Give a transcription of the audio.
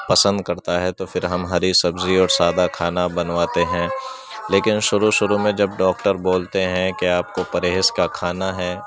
پنسد کرتا ہے تو پھر ہم ہری سبزی اور سادہ کھانا بنواتے ہیں لیکن شروع شروع میں جب ڈاکٹر بولتے ہیں کہ آپ کو پرہیز کا کھانا ہے